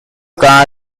car